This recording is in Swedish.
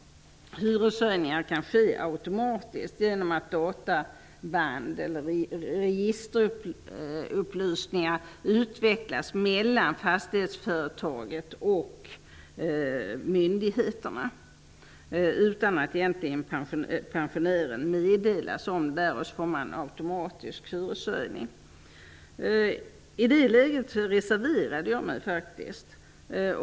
Hyreshöjningar kan ske automatiskt på grundval av att databand eller registerupplysningar utväxlas mellan fastighetsföretaget och myndigheterna, utan att pensionären meddelats om detta. Jag reserverade mig i det läget faktiskt på den punkten.